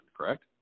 correct